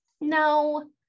No